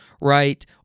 right